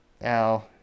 Now